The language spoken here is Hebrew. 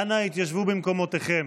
אנא התיישבו במקומותיכם.